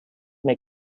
may